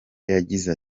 yagize